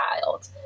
child